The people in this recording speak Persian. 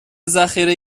ذخیره